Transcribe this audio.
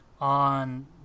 on